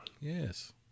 Yes